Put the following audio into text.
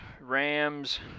Rams